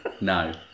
No